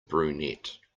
brunette